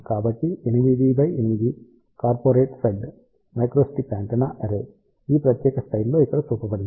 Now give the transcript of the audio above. కాబట్టి 8 x 8 corporate fed microstrip antenna array ఈ ప్రత్యేక స్లైడ్లో ఇక్కడ చూపబడింది